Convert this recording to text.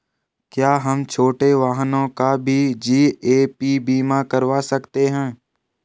क्या हम छोटे वाहनों का भी जी.ए.पी बीमा करवा सकते हैं?